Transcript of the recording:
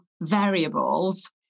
variables